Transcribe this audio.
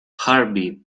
harvey